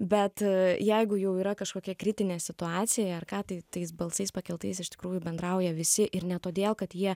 bet jeigu jau yra kažkokia kritinė situacija ar ką tai tais balsais pakeltais iš tikrųjų bendrauja visi ir ne todėl kad jie